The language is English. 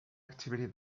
activity